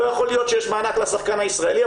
לא יכול להיות שיש מענק לשחקן הישראלי,